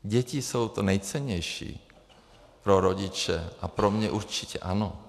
Děti jsou to nejcennější pro rodiče a pro mě určitě ano.